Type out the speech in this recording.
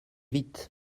vite